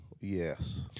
Yes